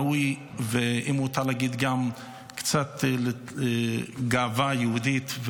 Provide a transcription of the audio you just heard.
ואם מותר להגיד גם קצת בגאווה יהודית,